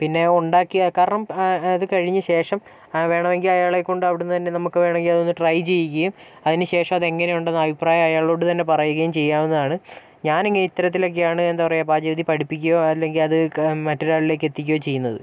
പിന്നെ ഉണ്ടാക്കിയ കാരണം അത് കഴിഞ്ഞ ശേഷം വേണമെങ്കിൽ അയാളെക്കൊണ്ട് അവിടെനിന്ന് തന്നെ നമുക്ക് വേണമെങ്കിൽ അതൊന്ന് ട്രൈ ചെയ്യുകയും അതിനു ശേഷം അത് എങ്ങനെ ഉണ്ടെന്നു അഭിപ്രായം അയാളോട് തന്നെ പറയുകയും ചെയ്യാവുന്നതാണ് ഞാന് ഇങ്ങ് ഇത്തരത്തിലൊക്കെയാണ് എന്താ പറയുക പാചകവിഥി പഠിപ്പിക്കുകയും അല്ലെങ്കിൽ അത് മറ്റൊരാളിലേക്ക് എത്തിക്കുകയും ചെയ്യുന്നത്